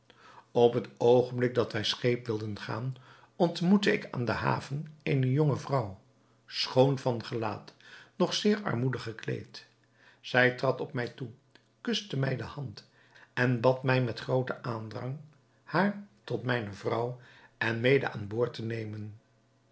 op het oogenblik dat wij scheep wilden gaan ontmoette ik aan de haven eene jonge vrouw schoon van gelaat doch zeer armoedig gekleed zij trad op mij toe kuste mij de hand en bad mij met grooten aandrang haar tot mijne vrouw en mede aan boord te nemen